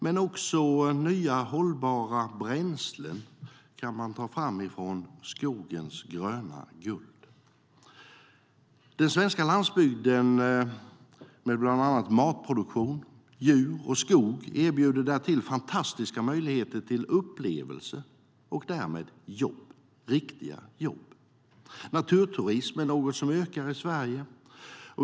Men också nya hållbara bränslen kan man ta fram från skogens gröna guld. Den svenska landsbygden med bland annat matproduktion, djur och skog erbjuder därtill fantastiska möjligheter till upplevelser och därmed jobb, riktiga jobb. Naturturism är något som ökar i Sverige.